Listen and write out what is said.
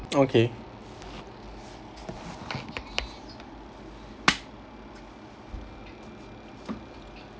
okay